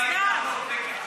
כל ההתנהגות נגד,